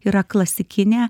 yra klasikinė